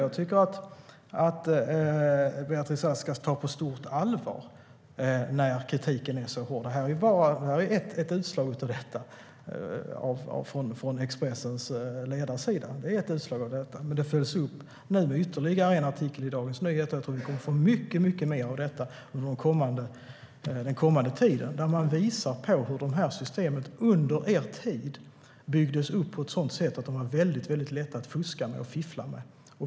Jag tycker att Beatrice Ask ska ta på stort allvar den så pass hårda kritiken. Expressens ledarsida är ett utslag av det som sker, och den följs nu upp med en artikel i Dagens Nyheter. Jag tror att vi den kommande tiden kommer att få se mycket mer av sådant som visar hur dessa system under Alliansens tid vid makten byggdes upp på ett sådant sätt att de är mycket lätta att fuska och fiffla med.